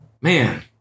Man